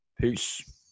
Peace